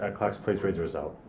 ah clerks, please read the result.